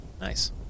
Nice